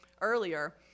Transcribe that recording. earlier